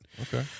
Okay